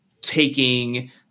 taking